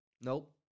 Nope